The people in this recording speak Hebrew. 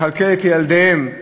לכלכל את ילדיהן,